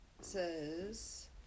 says